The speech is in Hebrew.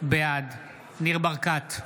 בעד ניר ברקת,